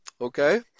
Okay